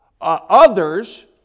others